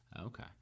Okay